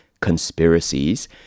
conspiracies